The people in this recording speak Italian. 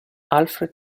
alfred